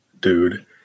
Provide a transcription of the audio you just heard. dude